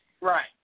Right